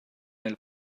nel